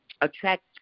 attract